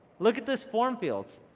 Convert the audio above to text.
look at this form field.